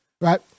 right